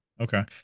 Okay